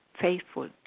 faithful